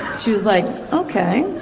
she was like, ok.